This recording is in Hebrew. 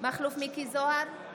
מכלוף מיקי זוהר,